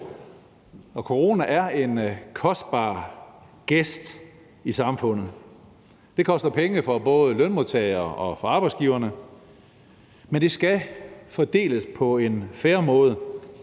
corona er en kostbar gæst i samfundet. Det koster penge for både lønmodtagere og arbejdsgivere, men det skal fordeles på en fair måde.